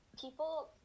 people